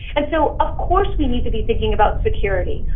and so of course we need to be thinking about security,